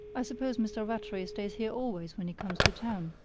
i suppose mr. rattray stays here always when he comes to town?